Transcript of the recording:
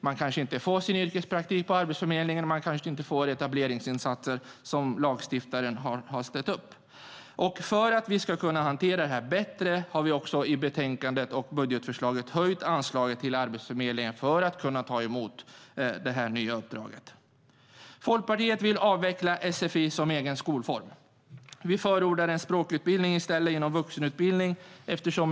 Man kanske inte får sin yrkespraktik på Arbetsförmedlingen, och man kanske inte får de etableringsinsatser som lagstiftaren har avsett. Folkpartiet vill avveckla sfi som egen skolform. Vi förordar i stället en språkutbildning inom vuxenutbildningen.